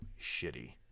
shitty